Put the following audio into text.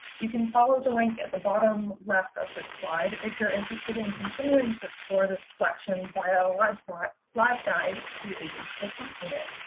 you can follow the link at the bottom left of this slide if you're interested in continuing to explore this collection via like but libguide created to accompany it.